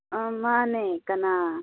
ꯑꯥ ꯃꯅꯦ ꯀꯅꯥ